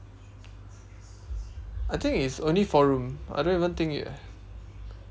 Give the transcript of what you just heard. I think it's only four room I don't even think